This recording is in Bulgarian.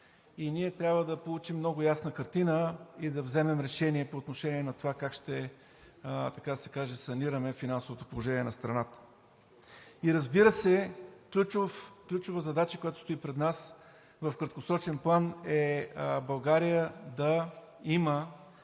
и трябва да получим много ясна картина, за да вземем решение по отношение на това как ще санираме финансовото положение на страната, и, разбира се, ключовата задача, която стои пред нас в краткосрочен план, е България да